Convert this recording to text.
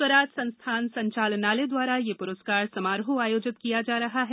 स्वराज संस्थान संचालनालय द्वारा यह पुरस्कार समारोह आयोजित किया जा रहा है